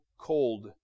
cold